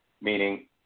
meaning